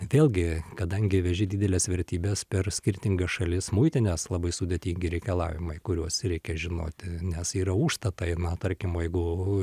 vėlgi kadangi veži dideles vertybes per skirtingas šalis muitinės labai sudėtingi reikalavimai kuriuos reikia žinoti nes yra užstatai na tarkim jeigu